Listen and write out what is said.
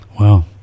wow